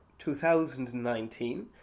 2019